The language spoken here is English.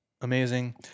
Amazing